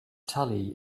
tully